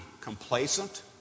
complacent